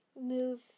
move